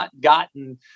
gotten